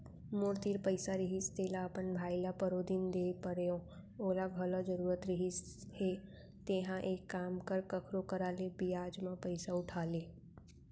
मोर तीर पइसा रहिस तेला अपन भाई ल परोदिन दे परेव ओला घलौ जरूरत रहिस हे तेंहा एक काम कर कखरो करा ले बियाज म पइसा उठा ले